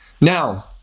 now